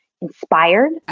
inspired